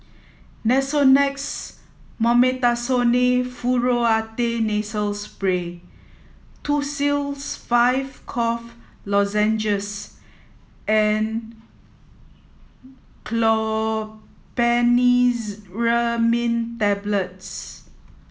Nasonex Mometasone Furoate Nasal Spray Tussils Five Cough Lozenges and Tablets